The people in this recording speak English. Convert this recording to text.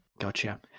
Gotcha